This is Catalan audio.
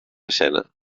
escena